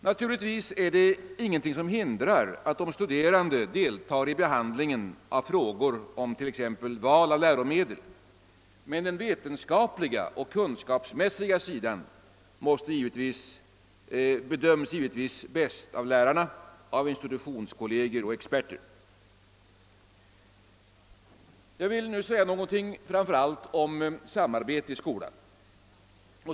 Naturligtvis är det ingenting som hindrar att de studerande deltar i behandlingen av frågor om t.ex. val av läromedel, men den vetenskapliga och kunskapsmässiga sidan bedöms givetvis bäst av lärare, institutionskollegier och experter. Jag skulle framför allt vilja tala litet om samarbetet i skolan.